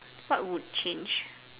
what would change